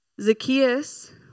Zacchaeus